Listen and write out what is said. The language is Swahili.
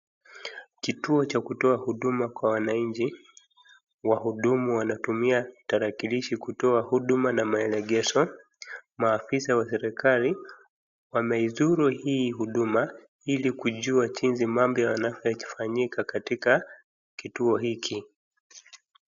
Kituo cha kutoa huduma kwa wananchi. Wahudumu wanatumia tarakilishi kutoa huduma na maelekezo. Maafisa wa serikali wameizuru hii huduma ili kujua jinsi mambo yanavyofanyika katika kituo hiki.